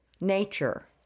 nature